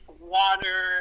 water